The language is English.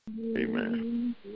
Amen